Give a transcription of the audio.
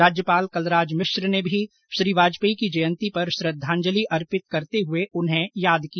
राज्यपाल कलराज मिश्र ने भी श्री वाजपेयी की जयंती पर श्रद्धांजलि अर्पित करते हुए उन्हें याद किया